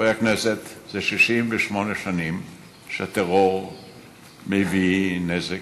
חברי הכנסת, זה 68 שנים שטרור מביא נזק.